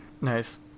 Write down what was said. Nice